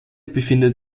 befindet